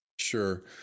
Sure